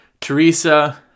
Teresa